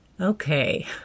Okay